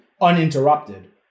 uninterrupted